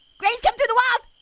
granny's coming through the walls!